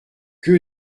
que